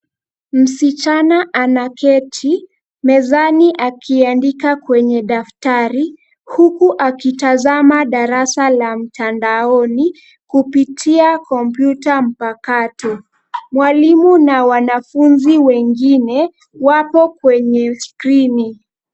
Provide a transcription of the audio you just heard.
Msichana anaketi mezani akiandika kwenye daftari huku akitazama darasa la mtandaoni kupitia kompyuta mpakato. Mwalimu na wanafunzi wengine wapo kwenye skrini.